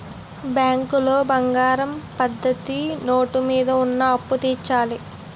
బ్యాంకులో బంగారం పద్ధతి నోటు మీద ఉన్న అప్పు తీర్చాలి